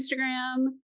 Instagram